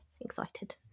excited